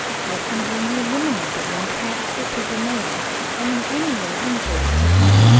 or from being eliminated when transferred to the male and in any way injurious to him.